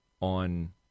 on